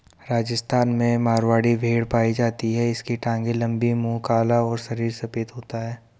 राजस्थान में मारवाड़ी भेड़ पाई जाती है इसकी टांगे लंबी, मुंह काला और शरीर सफेद होता है